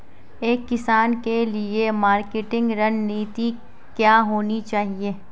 एक किसान के लिए मार्केटिंग रणनीति क्या होनी चाहिए?